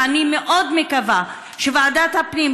ואני מאוד מקווה שוועדת הפנים,